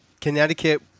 Connecticut